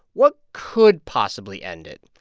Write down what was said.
what could possibly end it?